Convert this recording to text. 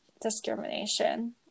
discrimination